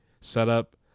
setup